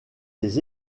des